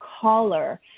caller